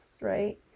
right